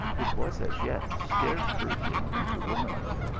which was as yet scarce verging into womanhood.